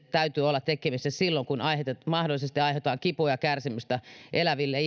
täytyy olla tekemässä silloin kun mahdollisesti aiheutetaan kipua ja kärsimystä eläville